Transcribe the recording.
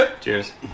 Cheers